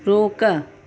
रोक